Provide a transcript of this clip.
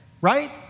right